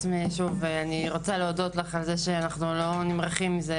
אני רוצה להודות לך על זה שאנחנו לא נמרחים בזה,